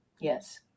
Yes